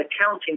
accounting